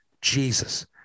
Jesus